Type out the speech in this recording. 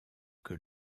que